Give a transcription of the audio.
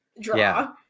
draw